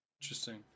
Interesting